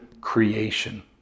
creation